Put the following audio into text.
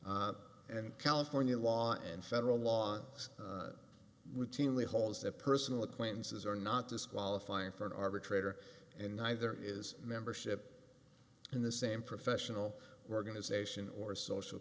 and california law and federal law routinely holds that personal acquaintances are not disqualifying for an arbitrator and neither is membership in the same professional organization or social